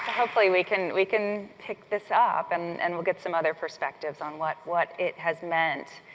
hopefully we can we can pick this up, and and we'll get some other perspectives on what what it has meant,